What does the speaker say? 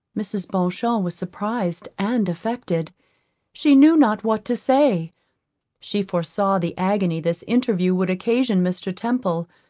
mrs. beauchamp was surprised and affected she knew not what to say she foresaw the agony this interview would occasion mr. temple,